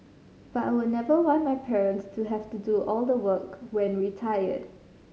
but I would never want my parents to have to do all the work when retired